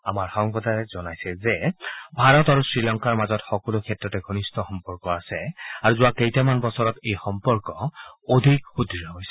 আমাৰ সংবাদদাতাই জনাইছে যে ভাৰত আৰু শ্ৰীলংকাৰ মাজত সকলো ক্ষেত্ৰতে ঘনিষ্ঠ সম্পৰ্ক আছে আৰু যোৱা কেইটামান বছৰত এই সম্পৰ্ক অধিক সুদ্য় হৈছে